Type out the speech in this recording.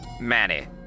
Manny